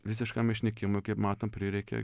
visiškam išnykimui kaip matom prireikė